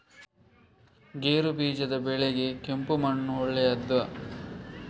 ಗೇರುಬೀಜದ ಬೆಳೆಗೆ ಕೆಂಪು ಮಣ್ಣು ಒಳ್ಳೆಯದಾ?